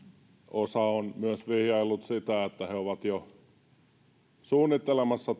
osa on myös vihjaillut sitä että he ovat jo suunnittelemassa